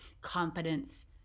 confidence